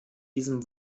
diesem